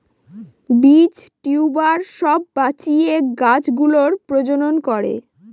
বীজ, টিউবার সব বাঁচিয়ে গাছ গুলোর প্রজনন করে